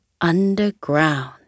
underground